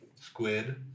squid